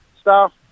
staff